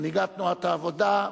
מנהיגת תנועת העבודה,